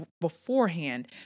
beforehand